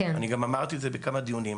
אני גם אמרתי את זה בכמה דיונים.